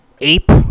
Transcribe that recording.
ape